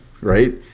right